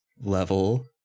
level